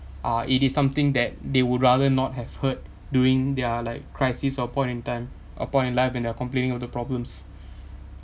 ah it is something that they would rather not have heard during their like crisis or point in time or point in life when they're complaining of the problems